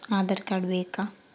Aadhaar card ಬೇಕಾ?